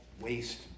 waste